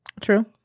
True